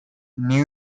new